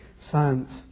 Science